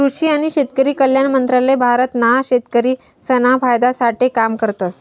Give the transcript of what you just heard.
कृषि आणि शेतकरी कल्याण मंत्रालय भारत ना शेतकरिसना फायदा साठे काम करतस